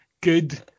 good